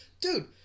Dude